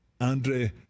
Andre